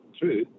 true